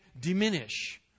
diminish